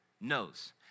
knows